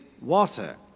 water